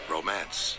Romance